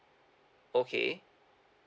okay